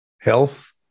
health